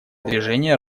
движение